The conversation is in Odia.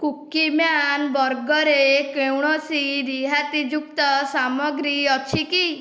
କୁକୀମ୍ୟାନ ବର୍ଗରେ କୌଣସି ରିହାତିଯୁକ୍ତ ସାମଗ୍ରୀ ଅଛି କି